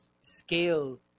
scale